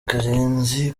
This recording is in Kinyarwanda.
karenzi